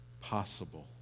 possible